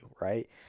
right